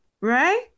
Right